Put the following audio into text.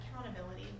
accountability